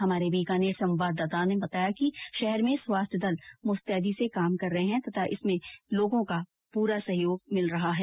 हमारे बीकानेर संवाददाता ने बताया कि शहर में स्वास्थ्य दल मुस्तैदी से काम कर रहे है तथा इसमें लोगों का पूरा सहयोग मिल रहा है